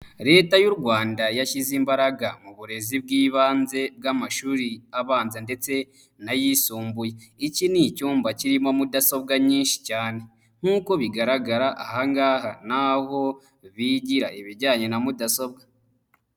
Leta y'u Rwanda yashyize imbaraga mu burezi bw'ibanze bw'amashuri abanza ndetse n'ayisumbuye. Iki ni icyumba kirimo mudasobwa nyinshi cyane. Nkuko bigaragara aha ngaha ni aho bigira ibijyanye na mudasobwa.